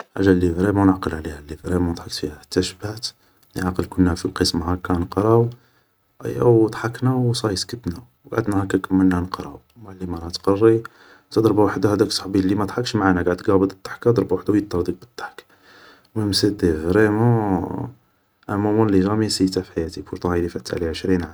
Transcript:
حاجة لي فريمون نغقل عليها لي فريمون ضحكت فيها حتى شبعت, ني عاقل كنا في القسم هاكا نقراو, اييا و ضحكنا و صايي سكتنا, و قعدنا هاكا كملنا نقراو, المعلمة راها تقري, حتى ضربة وحدة هداك صحبني اللي ما ضحكش معانا قعد قابض الضحكة و ضربة وحدة يطردق بالضحك, مهم سيتي فريمون ان مومون لي جامي نسيته في حياتي, بورتون هايادي فاتت عليه عشرين عام